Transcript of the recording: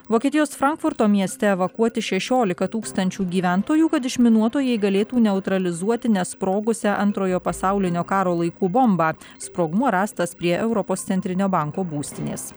vokietijos frankfurto mieste evakuoti šešiolika tūkstančių gyventojų kad išminuotojai galėtų neutralizuoti nesprogusią antrojo pasaulinio karo laikų bombą sprogmuo rastas prie europos centrinio banko būstinės